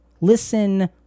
listen